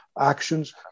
actions